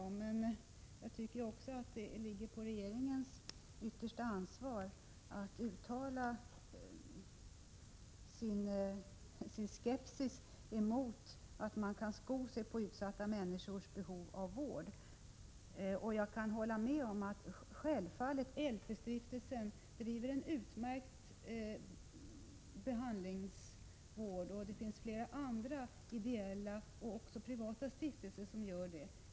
Jag tycker också att det vilar ett ansvar på regeringen att uttala sin skepsis inför det förhållandet att man kan sko sig på utsatta människors behov av vård. Jag kan hålla med om att LP-stiftelsen bedriver en utmärkt vård. Det finns flera andra ideella och privata stiftelser som gör det.